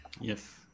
Yes